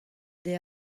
deiz